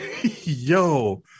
Yo